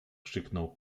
krzyknął